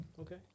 Okay